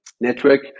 network